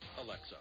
Alexa